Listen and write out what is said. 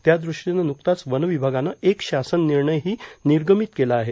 त्यादृष्टीने नुकताच वन विभागाने एक शासन निर्णय ही निर्गमित केला आहे